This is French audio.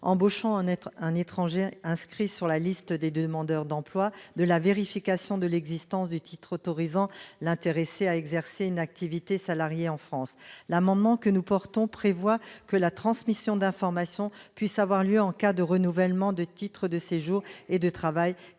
embauchant un étranger inscrit sur la liste des demandeurs d'emploi de la vérification de l'existence du titre autorisant l'intéressé à exercer une activité salariée en France. Par le biais de cet amendement, nous proposons que la transmission d'informations puisse avoir lieu en cas de renouvellement des titres de séjour et de travail qui ont